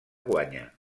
guanya